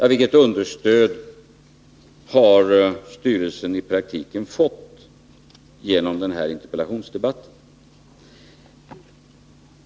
Ja, vilket understöd har styrelsen i praktiken fått genom den här interpellationsdebatten?